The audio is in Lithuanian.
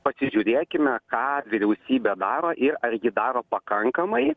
pasižiūrėkime ką vyriausybė daro ir ar ji daro pakankamai